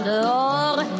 dehors